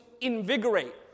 invigorate